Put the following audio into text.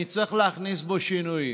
נצטרך להכניס בו שינויים.